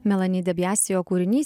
melani debiasio kūrinys